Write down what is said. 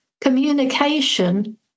communication